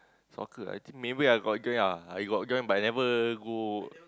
soccer I think maybe I got join ah I got join but I never go